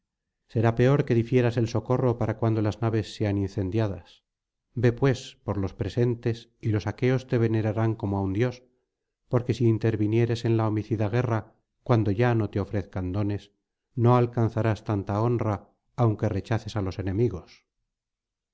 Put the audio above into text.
será peor que difieras el socorro para cuando las naves sean incendiadas ve pues por los presentes y los aqueos te venerarán como á un dios porque si intervinieres en la homicida guerra cuando ya no te ofrezcan dones no alcanzarás tanta honra aunque rechaces á los enemigos